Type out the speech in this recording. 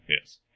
Yes